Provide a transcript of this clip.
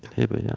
hebrew, yeah.